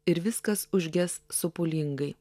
ir viskas užges sopulingai